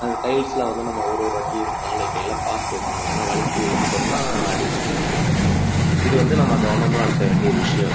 அந்த டைல்ஸில் வந்து நம்ம ஒரு ஒரு வாட்டியும் கால் வைக்கையில பார்த்து வைக்கணும் ஏன்னா வழுக்கி விழுந்துடோம்னா அடி கொஞ்சம் பலமாக படும் இது வந்து நம்ம கவனமாக இருக்க வேண்டிய விஷயம்